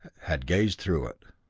had gazed through it.